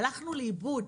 הלכנו לאיבוד,